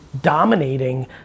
dominating